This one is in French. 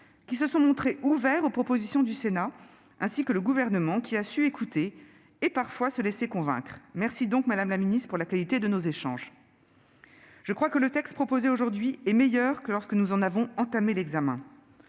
qui se sont montrés ouverts aux propositions du Sénat, ainsi que le Gouvernement, qui a su écouter et, parfois, se laisser convaincre. Je vous remercie donc, madame la ministre, pour la qualité de nos échanges. Je crois que le texte proposé aujourd'hui est meilleur que lorsque nous en avons entamé l'examen.